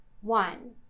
One